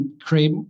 create